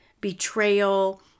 betrayal